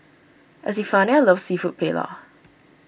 Estefania loves Seafood Paella